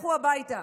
לכו הביתה.